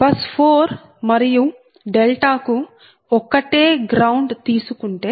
bus 4 మరియు delta కు ఒకటే గ్రౌండ్ తీసుకుంటే